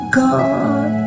god